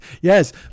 yes